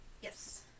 Yes